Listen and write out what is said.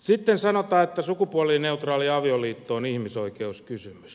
sitten sanotaan että sukupuolineutraali avioliitto on ihmisoikeuskysymys